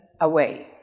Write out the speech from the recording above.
away